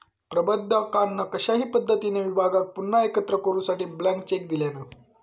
प्रबंधकान कशाही पद्धतीने विभागाक पुन्हा एकत्र करूसाठी ब्लँक चेक दिल्यान